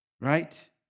right